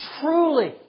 truly